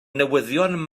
newyddion